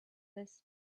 this